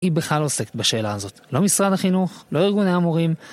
היא בכלל לא עוסקת בשאלה הזאת, לא משרד החינוך, לא ארגוני המורים.